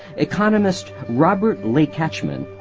economist robert lekachman,